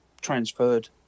transferred